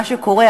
מה שקורה,